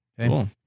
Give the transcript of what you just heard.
Cool